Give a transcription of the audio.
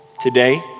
today